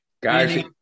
Guys